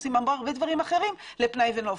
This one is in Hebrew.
עושים הרבה דברים אחרים לפנאי ונופש.